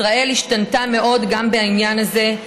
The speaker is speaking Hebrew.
ישראל השתנתה מאוד גם בעניין הזה,